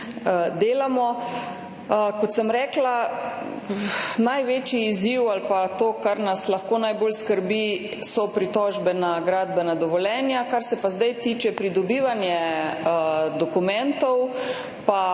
delamo. Kot sem rekla, največji izziv ali pa to, kar nas lahko najbolj skrbi, so pritožbe na gradbena dovoljenja. Kar se pa zdaj tiče pridobivanja dokumentov,